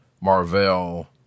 Marvel